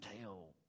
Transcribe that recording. tell